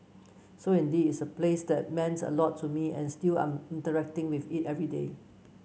so indeed is a place that meant a lot to me and still I'm interacting with it every day